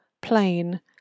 plain